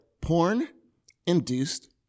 Porn-Induced